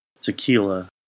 tequila